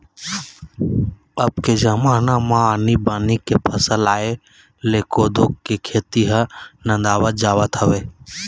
अब के जमाना म आनी बानी के फसल आय ले कोदो के खेती ह नंदावत जावत हवय